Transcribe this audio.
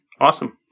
Awesome